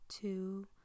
two